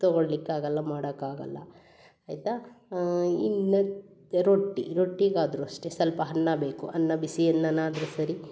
ತಗೊಳ್ಲಿಕ್ಕೆ ಆಗಲ್ಲ ಮಾಡಾಕ್ಕಾಗಲ್ಲ ಆಯಿತಾ ಇನ್ನ ರೊಟ್ಟಿ ರೊಟ್ಟಿಗಾದರೂ ಅಷ್ಟೆ ಸ್ವಲ್ಪ ಅನ್ನ ಬೇಕು ಅನ್ನ ಬಿಸಿ ಅನ್ನನಾದರೂ ಸರಿ